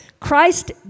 Christ